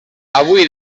avui